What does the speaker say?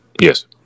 Yes